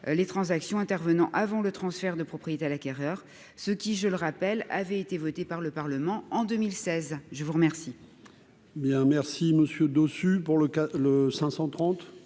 les transactions intervenant avant le transfert de propriété à l'acquéreur, ce qui, je le rappelle, avait été votée par le Parlement en 2016, je vous remercie.